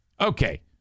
Okay